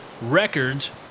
records